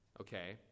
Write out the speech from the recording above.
Okay